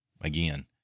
again